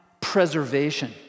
preservation